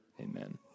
Amen